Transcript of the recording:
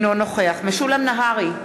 אינו נוכח משולם נהרי,